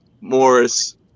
Morris